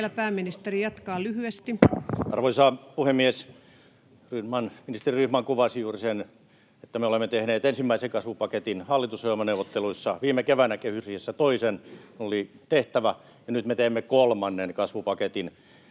ps) Time: 16:44 Content: Arvoisa puhemies! Ministeri Rydman kuvasi juuri sen, että me olemme tehneet ensimmäisen kasvupaketin hallitusohjelmaneuvotteluissa, viime keväänä kehysriihessä toisen, ja ne oli tehtävä, ja nyt me teemme kolmannen kasvupaketin,